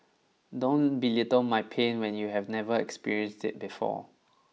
don't belittle my pain when you have never experienced it before